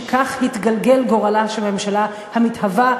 שכך התגלגל גורלה של ממשלה המתהווה,